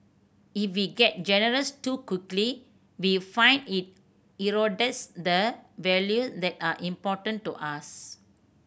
if we get generous too quickly we find it erodes the values that are important to us